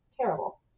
terrible